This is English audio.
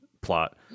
plot